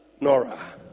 Nora